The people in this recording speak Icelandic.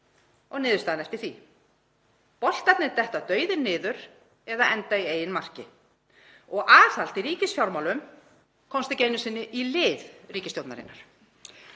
og niðurstaðan eftir því. Boltarnir detta dauðir niður eða enda í eigin marki. Og aðhald í ríkisfjármálum komst ekki einu sinni í lið ríkisstjórnarinnar.